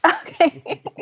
Okay